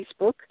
Facebook